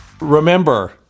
Remember